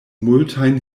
multajn